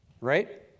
right